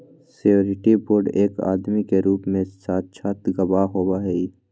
surety bond एक आदमी के रूप में साक्षात गवाह होबा हई